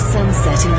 Sunset